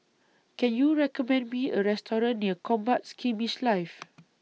Can YOU recommend Me A Restaurant near Combat Skirmish Live